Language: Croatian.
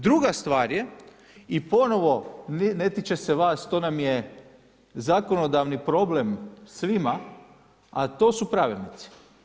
Druga stvar je i ponovo ne tiče se vas, to nam je zakonodavni problem svima, a to su pravilnici.